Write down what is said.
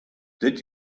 did